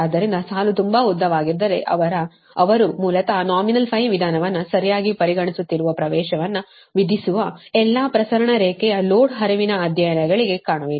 ಆದ್ದರಿಂದ ಸಾಲು ತುಂಬಾ ಉದ್ದವಾಗಿದ್ದರೆ ಅವರು ಮೂಲತಃ ನಾಮಿನಲ್ ವಿಧಾನವನ್ನು ಸರಿಯಾಗಿ ಪರಿಗಣಿಸುತ್ತಿರುವ ಪ್ರವೇಶವನ್ನು ವಿಧಿಸುವ ಎಲ್ಲಾ ಪ್ರಸರಣ ರೇಖೆಯ ಲೋಡ್ ಹರಿವಿನ ಅಧ್ಯಯನಗಳಿಗೆ ಕಾಣುವಿರಿ